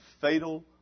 fatal